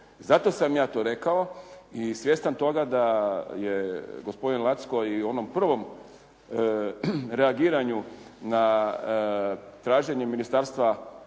Zato sam ja to rekao i svjestan toga da je gospodin Lacko i u onom prvom reagiranju na traženje Ministarstva